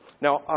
Now